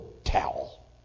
towel